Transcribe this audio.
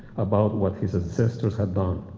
about what his ancestors had done.